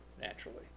naturally